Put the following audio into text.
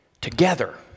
together